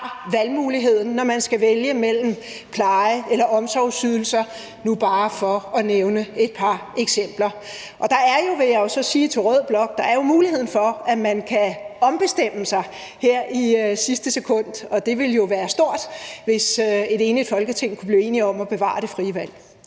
valgmuligheden, når man skal vælge mellem pleje- eller omsorgsydelser – bare for at nævne et par eksempler. Der er jo, vil jeg så sige til rød blok, muligheden for, at man kan ombestemme sig her i sidste sekund, og det ville jo være stort, hvis et enigt Folketing kunne bevare det frie valg.